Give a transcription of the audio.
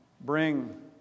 bring